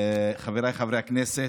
חבריי חברי הכנסת,